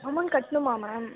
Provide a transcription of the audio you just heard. amount கட்டணுமா ma'am